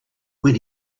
when